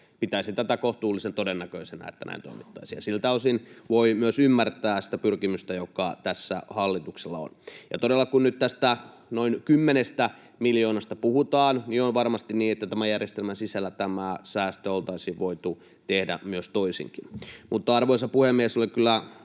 Pitäisin kohtuullisen todennäköisenä, että näin toimittaisiin. Siltä osin voi myös ymmärtää sitä pyrkimystä, joka hallituksella tässä on. Ja todella, kun nyt tästä noin kymmenestä miljoonasta puhutaan, on varmasti niin, että tämän järjestelmän sisällä tämä säästö oltaisiin voitu tehdä toisinkin. Mutta, arvoisa puhemies, olen kyllä